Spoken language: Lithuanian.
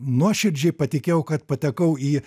nuoširdžiai patikėjau kad patekau į